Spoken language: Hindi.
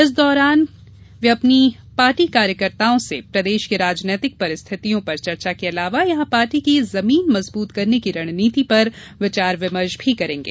इस दौरे के दौरान वे अपने पार्टी कार्यकर्ताओं से प्रदेश की राजनीतिक परिस्थितियों पर चर्चा के अलावा यहां पार्टी की जमीन मजबूत करने की रणनीति पर विचार विमर्श भी करेंगे